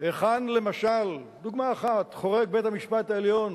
היכן, למשל, דוגמה אחת, חורג בית-המשפט העליון